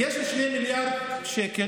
יש 2 מיליארד שקל